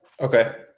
Okay